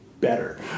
better